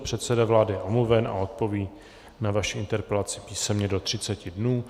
Předseda vlády je omluven a odpoví na vaši interpelaci písemně do třiceti dnů.